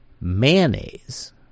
mayonnaise